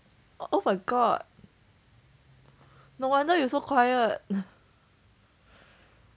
oh my god no wonder you so quiet